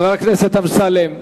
חבר הכנסת אמסלם,